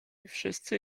wszyscy